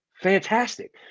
fantastic